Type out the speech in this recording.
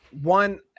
one